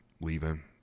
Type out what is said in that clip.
leaving